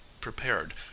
prepared